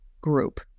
group